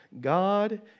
God